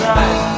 right